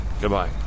Goodbye